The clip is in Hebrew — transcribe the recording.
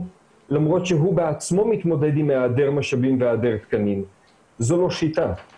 גם אם היא תהיה רק הצהרתית אבל לפחות היא תצא מהוועדה